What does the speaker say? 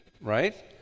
Right